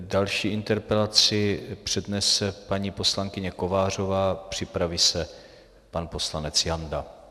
Další interpelaci přednese paní poslankyně Kovářová, připraví se pan poslanec Janda.